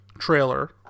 Trailer